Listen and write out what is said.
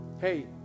Hey